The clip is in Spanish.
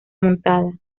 montada